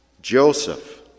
Joseph